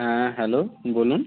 হ্যাঁ হ্যালো বলুন